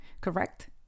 correct